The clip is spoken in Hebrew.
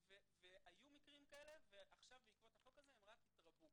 והיו מקרים כאלה ועכשיו בעקבות החוק הזה יתרבו